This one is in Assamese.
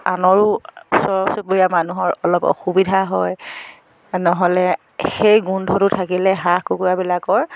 আনৰো ওচৰ চুবুৰীয়া মানুহৰ অলপ অসুবিধা হয় নহ'লে সেই গোন্ধটো থাকিলে হাঁহ কুকুৰাবিলাকৰ